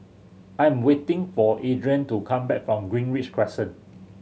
I am waiting for Adrien to come back from Greenridge Crescent